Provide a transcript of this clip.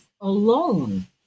alone